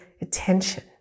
attention